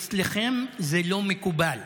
אצלכם זה לא מקובל.